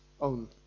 own